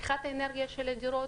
צריכת האנרגיה של הדירות,